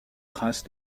trace